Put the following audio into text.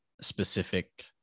specific